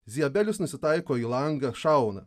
ziabelis nusitaiko į langą šauna